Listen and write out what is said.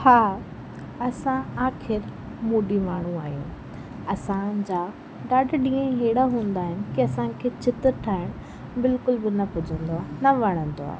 हां असां आख़िरि मूडी माण्हू आहियूं असां जा ॾाढा ॾींहं अहिड़ा हूंदा आहिनि की असांखे चित्र ठाहिणु बिल्कुलु बि न पुॼंदो आहे न वणंदो आहे